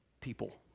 people